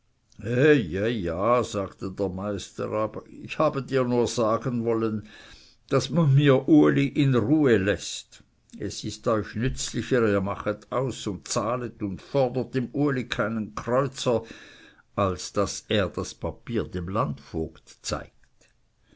ja ja sagte der meister aber ich habe dir nur sagen wollen daß man mir uli eh rüeyig läßt es ist euch nützlicher ihr machet aus und zahlet und fordert dem uli keinen kreuzer als daß er das papier dem landvogt zeigt